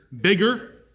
bigger